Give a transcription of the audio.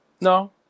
No